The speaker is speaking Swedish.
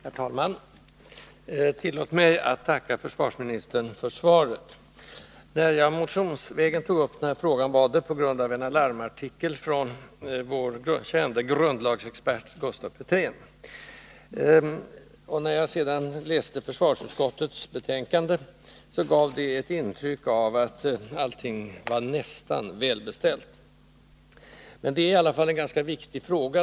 Herr talman! Tillåt mig att tacka försvarsministern för svaret. Då jag motionsvägen tog upp denna fråga, gjorde jag det på grund av en alarmartikel från vår kände grundlagsexpert Gustaf Petrén. När jag sedan läste försvarsutskottets betänkande, gav det ett intryck av att allting var tämligen väl beställt. Det är i alla fall en ganska viktig fråga.